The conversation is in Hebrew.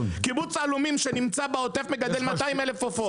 קיבוץ עלומים שנמצא בעוטף מגדל 200,000 עופות.